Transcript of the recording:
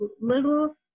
little